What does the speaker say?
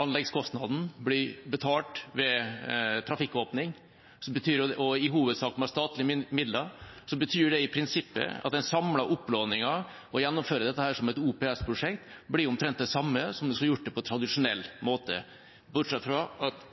anleggskostnaden blir betalt ved trafikkåpning og i hovedsak med statlige midler, betyr det i prinsippet at den samlede opplåningen og å gjennomføre dette som et OPS-prosjekt blir omtrent det samme som om en skulle gjort det på tradisjonell måte – bortsett fra at